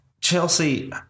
Chelsea